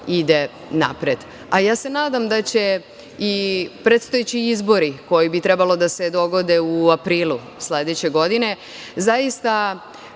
ide napred. Nadam se da će i predstojeći izbori, koji bi trebalo da se dogode u aprilu sledeće godine, zaista